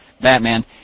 Batman